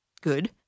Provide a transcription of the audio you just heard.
good